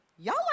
Y'all